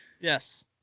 Yes